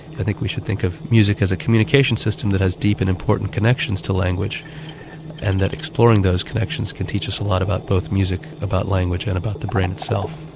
i think we should think of music as a communication system that has deep and important connections to language and that exploring those connections can teach us a lot about music, about language and about the brain itself.